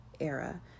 era